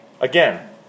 Again